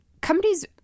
companies